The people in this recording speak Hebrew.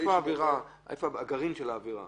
איפה הגרעין של העבירה?